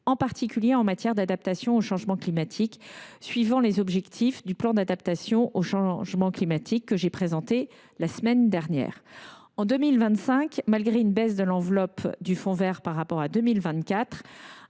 en particulier en matière d’adaptation au changement climatique suivant les objectifs du plan national d’adaptation au changement climatique (Pnacc), que j’ai présenté la semaine dernière. En 2025, malgré une baisse de l’enveloppe du fonds vert par rapport à 2024,